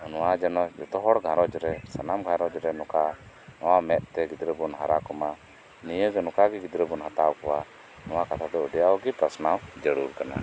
ᱱᱚᱣᱟ ᱡᱮᱱᱚ ᱡᱚᱛᱚᱦᱚᱲ ᱜᱷᱟᱨᱚᱧ ᱨᱮ ᱥᱟᱱᱟᱢ ᱜᱷᱟᱨᱚᱧᱡ ᱨᱮ ᱱᱚᱠᱟ ᱱᱚᱣᱟ ᱢᱮᱫ ᱛᱮ ᱜᱤᱫᱽᱨᱟᱹᱵᱩᱱ ᱦᱟᱨᱟ ᱠᱚᱢᱟ ᱱᱤᱭᱟᱹᱜᱤ ᱱᱚᱠᱟᱜᱤ ᱜᱤᱫᱽᱨᱟᱹᱵᱩᱱ ᱦᱟᱛᱟᱣ ᱠᱚᱣᱟ ᱱᱚᱣᱟ ᱠᱟᱛᱷᱟ ᱫᱚ ᱟᱹᱰᱤ ᱟᱴᱜᱤ ᱯᱟᱥᱱᱟᱣ ᱡᱟᱹᱨᱩᱲ ᱠᱟᱱᱟ